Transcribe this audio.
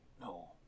No